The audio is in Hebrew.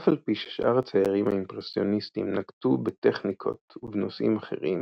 אף על פי ששאר הציירים האימפרסיוניסטים נקטו בטכניקות ובנושאים אחרים,